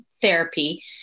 therapy